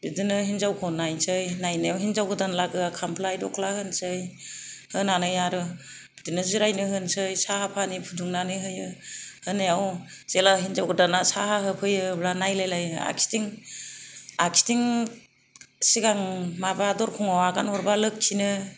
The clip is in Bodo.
बिदिनो हिनजाव गोदानखौ नायहैनोसै हिनजाव गोदानखौ नायहैनायाव हिनजाव गोदान लागोहा खामफ्लाइ दख्ला होनासै होनानै आरो बिदिनो जिरायनो होनोसै साहा फानि फुदुंनानै होयो होनायाव जेला हिनजाव गोदाना साहा होफैयो अब्ला नायलायलायो आखिथिं आखिथिं सिगां माबा दरखङाव आगान हरबा लोखिनो